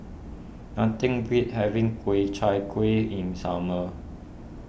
nothing beats having Ku Chai Kueh in summer